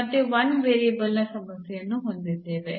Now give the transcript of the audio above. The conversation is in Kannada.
ಮತ್ತೆ 1 ವೇರಿಯೇಬಲ್ನ ಸಮಸ್ಯೆಯನ್ನು ಹೊಂದಿದ್ದೇವೆ